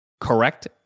correct